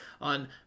on